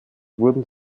wurden